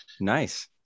Nice